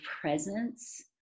presence